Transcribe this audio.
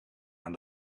aan